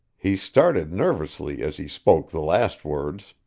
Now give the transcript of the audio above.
he started nervously as he spoke the last words.